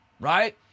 right